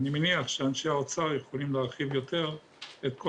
אני מניח שאנשי האוצר יכולים להרחיב יותר על כל